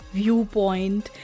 viewpoint